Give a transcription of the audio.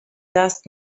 دست